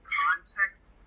context